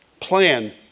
Plan